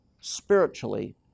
spiritually